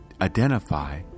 identify